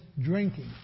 drinking